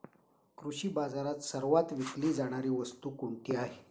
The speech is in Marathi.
कृषी बाजारात सर्वात विकली जाणारी वस्तू कोणती आहे?